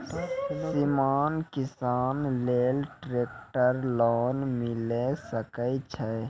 सीमांत किसान लेल ट्रेक्टर लोन मिलै सकय छै?